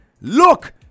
Look